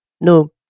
No